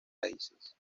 raíces